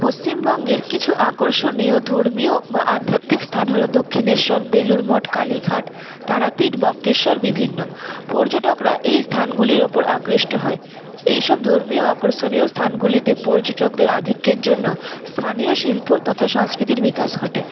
পশ্চিমবঙ্গের কিছু আকর্ষণীয় ধর্মীয় বা আধ্যাত্মিক স্থান হল দক্ষিণেশ্বর বেলুড় মঠ কালীঘাট তারাপীঠ বক্রেশ্বর বিভিন্ন পর্যটকরা এই স্থানগুলির ওপর আকৃষ্ট হয় এইসব ধর্মীয় আকর্ষণীয় স্থানগুলিতে পর্যটকদের আধিক্যের জন্য স্থানীয় শিল্প তথা সংস্কৃতির বিকাশ ঘটে